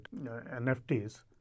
NFTs